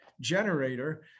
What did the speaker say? generator